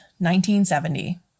1970